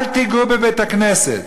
אל תיגעו בבית-הכנסת.